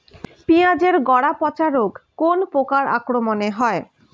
পিঁয়াজ এর গড়া পচা রোগ কোন পোকার আক্রমনে হয়?